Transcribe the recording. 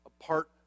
apart